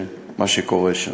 מה שקורה שם.